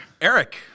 Eric